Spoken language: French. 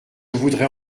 voudrais